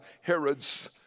Herods